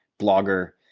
blogger,